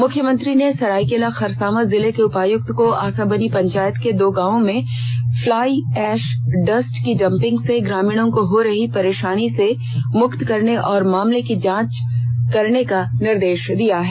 मुख्यमंत्री ने सरायकेला खरसावां जिले के उपायुक्त को आसनबनी पंचायत के दो गांवों में फ्लाई एष डस्ट की डंपिंग से ग्रामीणों को हो रही परेषानी से मुक्त करने और मामले की जांच करने का निर्देष दिया है